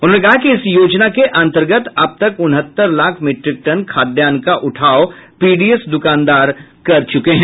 उन्होंने कहा कि इस योजना के अंतर्गत अब तक उनहत्तर लाख मीट्रिक टन खाद्यान्न का उठाव पीडीएस दुकानदार कर चुके हैं